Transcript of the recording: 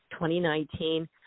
2019